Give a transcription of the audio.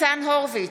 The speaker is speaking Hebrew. ניצן הורוביץ,